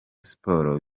sports